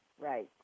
Right